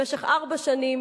במשך ארבע שנים